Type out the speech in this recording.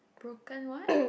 broken what